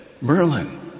Merlin